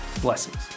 Blessings